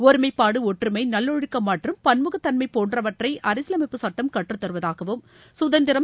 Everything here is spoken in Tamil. ஒருமைப்பாடு ஒற்றுமை நல்வொழுக்கம் மற்றும் பன்முகத் தன்மை போன்றவற்றை அரசியலமைப்பு சுட்டம் கற்றுத் தருவதாகவும் சுதந்திரம்